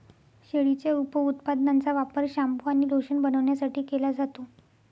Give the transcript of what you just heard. शेळीच्या उपउत्पादनांचा वापर शॅम्पू आणि लोशन बनवण्यासाठी केला जातो